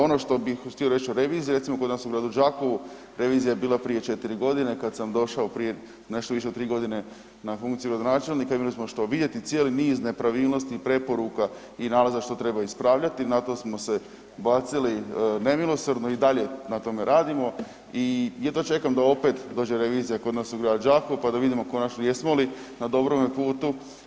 Ono što bi htio reći o reviziji, recimo kod nas u gradu Đakovu revizija je bila prije četiri godine kada sam došao prije nešto više od tri godine na funkciju gradonačelnika imali smo što vidjeti, cijeli niz nepravilnosti i preporuka i nalaza što treba ispravljati, na to smo se bacili nemilosrdno i dalje na tome radimo i jedva čekam da opet dođe revizija u grad Đakovo pa da vidimo konačno jesmo li na dobrom putu.